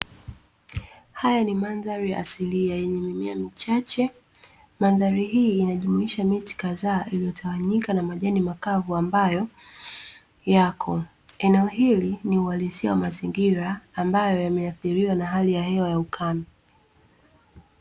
Haya ni mandhari asilia yenye mimea michache, mandhari hii inajumuisha miti kadhaa iliyotawanyika na majani makavu ambayo yako. Eneo hili ni uhalisia wa mazingira ambayo yameathiriwa na hali ya hewa ya ukame.